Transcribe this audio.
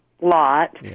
lot